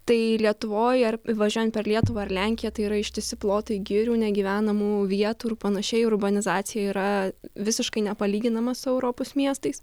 tai lietuvoj ar važiuojant per lietuvą ar lenkiją tai yra ištisi plotai girių negyvenamų vietų ir panašiai urbanizacija yra visiškai nepalyginama su europos miestais